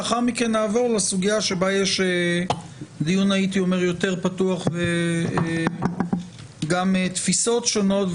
לאחר מכן נעבור לסוגיה שבה יש דיון יותר פתוח וגם תפיסות שונות,